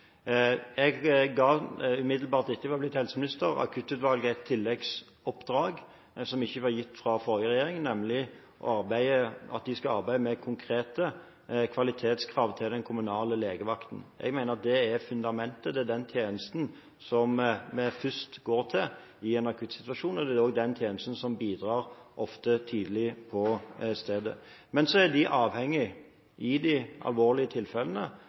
Umiddelbart etter at jeg var blitt helseminister, ga jeg akuttutvalget et tilleggsoppdrag som ikke var gitt fra forrige regjering, nemlig at de skulle arbeide med konkrete kvalitetskrav til den kommunale legevakten. Jeg mener at det er fundamentet, det er den tjenesten vi først går til i en akuttsituasjon, og det er også den tjenesten som ofte bidrar tidlig på stedet. Men i de alvorlige tilfellene er de